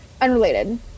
unrelated